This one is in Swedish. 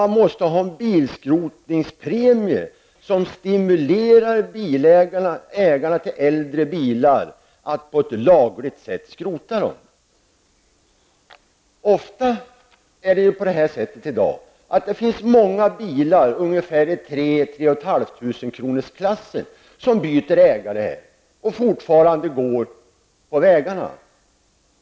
Man måste ha en bilskrotningspremie för att stimulera ägare till äldre bilar att på ett lagligt sätt skrota dessa. Det är i dag vanligt att bilar i 3 000--3 500 kronorsklassen får ny ägare. På det viset blir dessa bilar kvar på vägarna.